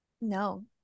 No